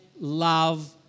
love